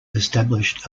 established